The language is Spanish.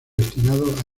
destinado